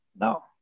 No